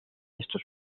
estos